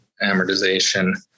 amortization